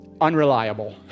unreliable